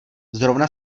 zrovna